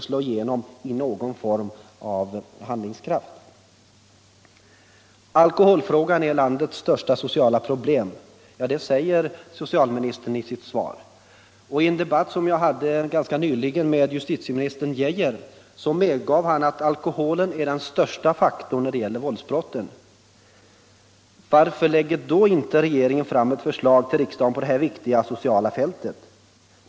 Socialministern säger i sitt svar att alkoholfrågan är landets största sociala problem, och i en debatt som jag hade ganska nyligen med justitieminister Geijer medgav denne att alkoholen är den största orsaken till våldsbrotten. Varför lägger då inte regeringen fram ett förslag till riksdagen på detta viktiga sociala fält?